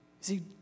See